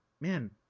man